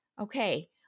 Okay